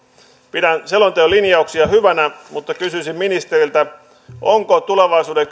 pidän selonteon linjauksia hyvinä mutta kysyisin ministeriltä onko tulevaisuuden